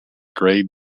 gray